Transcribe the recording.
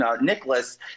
Nicholas